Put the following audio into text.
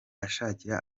ashakira